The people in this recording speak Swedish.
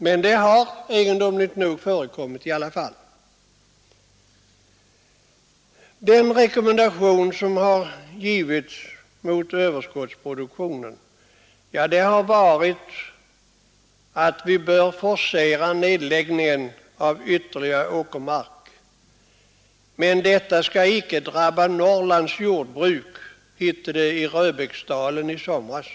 Men det har egendomligt nog förekommit i alla fall. Jordbruksministerns rekommendation mot överskottsproduktionen har varit att vi bör ytterligare forcera nedläggningen av åkermark. Dock skulle detta inte drabba Norrlands jordbruk, hette det i Röbäcksdalen i somras.